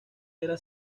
era